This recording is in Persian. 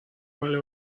مال